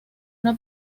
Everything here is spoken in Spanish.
una